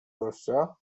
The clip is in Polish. gościa